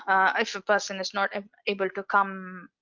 if a person is not able to come